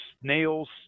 snails